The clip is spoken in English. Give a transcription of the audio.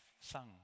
sung